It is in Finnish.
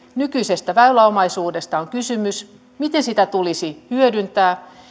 nykyisestä väyläomaisuudesta ensinnäkin on kysymys miten sitä tulisi hyödyntää